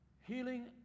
healing